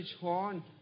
horn